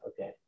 okay